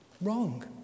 Wrong